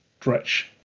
Dretch